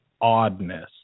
oddness